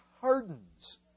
hardens